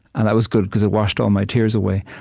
and that was good, because it washed all my tears away,